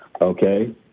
Okay